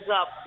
up